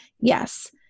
Yes